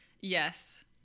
Yes